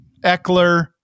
Eckler